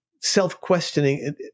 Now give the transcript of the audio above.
self-questioning